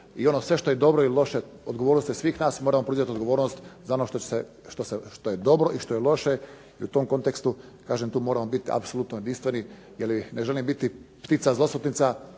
i ono što je sve dobro ili loše, odgovornost je svih nas, moramo preuzeti odgovornost za ono što je dobro i što je loše i u tom kontekstu moramo biti apsolutno jedinstveni, jer ne želim Ptica zloslutnica